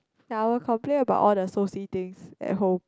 ya I will complain about all the Soci things at home